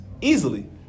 easily